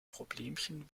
problemchen